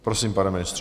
Prosím, pane ministře.